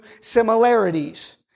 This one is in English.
similarities